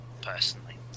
personally